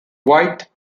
white